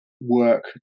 work